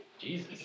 Jesus